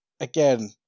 again